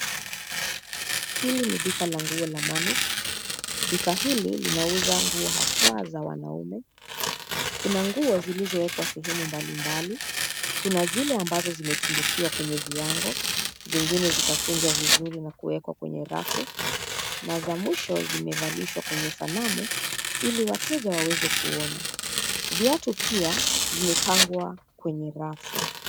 Hili ni duka la nguo la Manix, duka hili linauza nguo haswa za wanaume , kuna nguo zilizowekwa sehemu mbalimbali kuna zile ambazo zimetundikiwa kwenye viango, zingine zikakunjwa vizuri na kuwekwa kwenye rafu na za mwisho zimevalishwa kwenye sanamu ili wateja waweze kuona, viatu pia vimepangwa kwenye rafu.